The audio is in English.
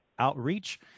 outreach